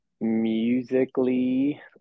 musically